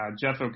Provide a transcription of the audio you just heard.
Jeff